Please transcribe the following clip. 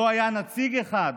לא היה מהם נציג אחד